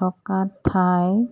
থকা ঠাই